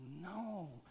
no